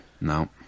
No